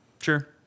Sure